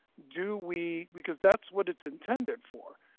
do we, because that's what it's intended for.